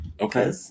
Okay